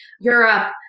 Europe